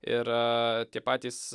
ir tie patys